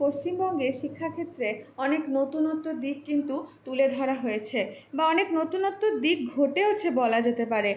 পশ্চিমবঙ্গের শিক্ষা ক্ষেত্রে অনেক নতুনত্ব দিক কিন্তু তুলে ধরা হয়েছে বা অনেক নতুনত্ব দিক ঘটেওছে বলা যেতে পারে